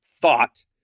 thought